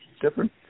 different